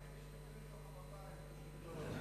40% מאלה שנופלים לתוך המפה הם ערבים.